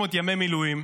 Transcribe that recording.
300 ימי מילואים,